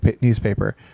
newspaper